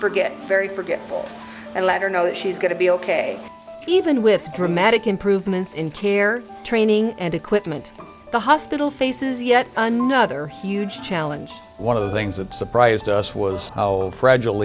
forget very forgetful and let her know that she's going to be ok even with dramatic improvements in care training and equipment the hospital faces yet another huge challenge one of the things that surprised us was how fragile